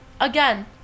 again